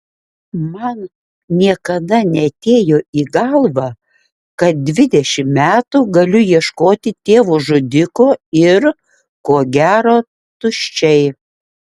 man niekada neatėjo į galvą kad dvidešimt metų galiu ieškoti tėvo žudiko ir ko gero tuščiai